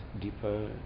deeper